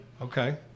Okay